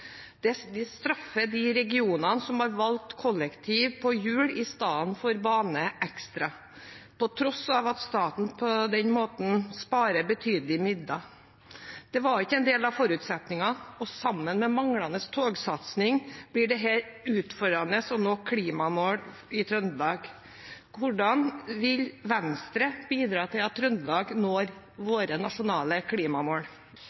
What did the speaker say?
De straffer de regionene som har valgt kollektiv på hjul istedenfor bane, ekstra, på tross av at staten på den måten sparer betydelige midler. Det var ikke en del av forutsetningen, og sammen med manglende togsatsing blir det utfordrende å nå klimamål i Trøndelag. Hvordan vil Venstre bidra til at Trøndelag når våre nasjonale klimamål?